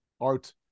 art